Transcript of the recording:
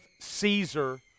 Caesar